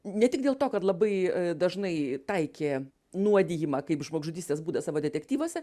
ne tik dėl to kad labai dažnai taikė nuodijimą kaip žmogžudystės būdą savo detektyvuose